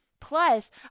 Plus